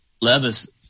Levis